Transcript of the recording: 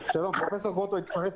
פרסונלי,